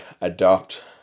adopt